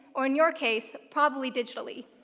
or in your case probably digitally.